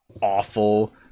awful